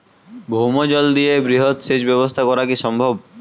ভৌমজল দিয়ে বৃহৎ সেচ ব্যবস্থা করা কি সম্ভব?